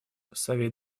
совет